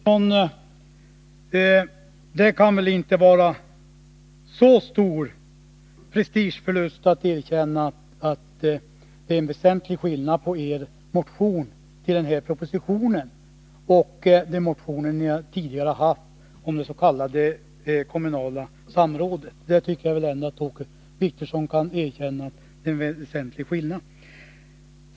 Herr talman! Det kan väl inte vara så stor prestigeförlust, Åke Wictorsson, att erkänna att det är en väsentlig skillnad mellan er motion i anledning av denna proposition och den motion ni tidigare haft beträffande det s.k. kommunala samrådet. Jag tycker att Åke Wictorsson ändå kan erkänna att det är en väsentlig skillnad.